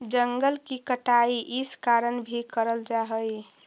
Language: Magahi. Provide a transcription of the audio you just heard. जंगल की कटाई इस कारण भी करल जा हई